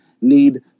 need